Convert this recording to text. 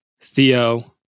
Theo